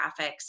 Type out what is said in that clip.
graphics